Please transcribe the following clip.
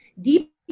deep